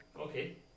okay